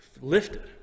lifted